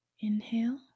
inhale